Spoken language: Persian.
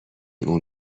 اون